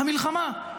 המלחמה.